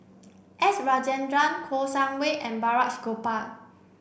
S Rajendran Kouo Shang Wei and Balraj Gopal